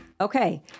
Okay